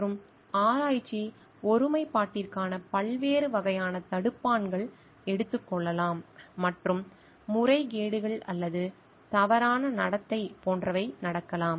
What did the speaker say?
மற்றும் ஆராய்ச்சி ஒருமைப்பாட்டிற்கான பல்வேறு வகையான தடுப்பான்கள் எடுத்துக் கொள்ளலாம் மற்றும் முறைகேடுகள் அல்லது தவறான நடத்தை போன்றவை நடக்கலாம்